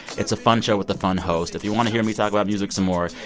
it's a fun show with a fun host. if you want to hear me talk about music some more,